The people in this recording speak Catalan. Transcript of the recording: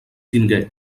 tingué